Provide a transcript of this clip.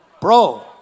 bro